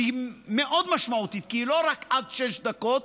שהיא מאוד משמעותית, כי היא לא רק עד שש דקות,